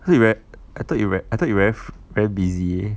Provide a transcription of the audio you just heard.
cause you very I thought you very I thought you very very busy